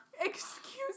excuse